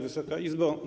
Wysoka Izbo!